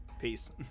Peace